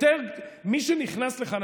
מי שנכנס לכאן,